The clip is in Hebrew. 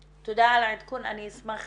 תודה על העדכון, אני אשמח